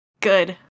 Good